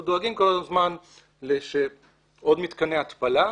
אנחנו דואגים כל הזמן לעוד מתקני התפלה.